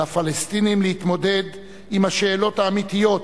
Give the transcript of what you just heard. על הפלסטינים להתמודד עם השאלות האמיתיות,